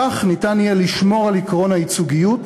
בכך ניתן יהיה לשמור על עקרון הייצוגיות,